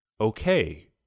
okay